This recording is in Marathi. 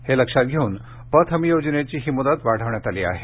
हे लक्षात घेऊन पत हमी योजनेची ही मृदत वाढवण्यात आली आहे